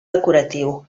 decoratiu